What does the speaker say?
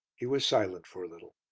he was silent for a little.